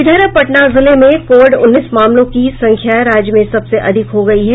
इधर पटना जिले में कोविड उन्नीस मामलों की संख्या राज्य में सबसे अधिक हो गयी है